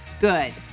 Good